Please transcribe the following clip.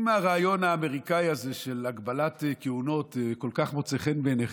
אם הרעיון האמריקאי הזה של הגבלת כהונות כל כך מוצא חן בעיניכם,